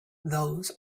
those